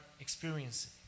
experiencing